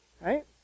right